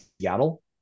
Seattle